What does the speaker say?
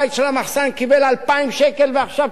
ועכשיו פתאום יש לו 10,000 שקל,